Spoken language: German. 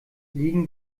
liegen